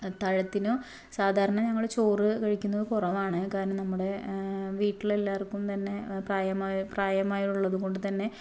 അത്താഴത്തിനു സാധാരണ ഞങ്ങൾ ചോറ് കഴിക്കുന്നത് കുറവാണ് കാരണം നമ്മുടെ വീട്ടിൽ എല്ലാവർക്കും തന്നെ പ്രായമായ പ്രായമായുള്ളത് കൊണ്ടു തന്നെ